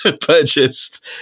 purchased